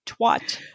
twat